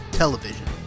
television